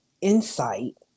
insight